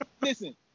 listen